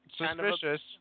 suspicious